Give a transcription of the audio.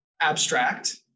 abstract